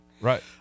Right